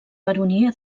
baronia